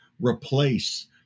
replace